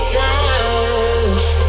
love